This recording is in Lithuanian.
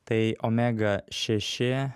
tai omega šeši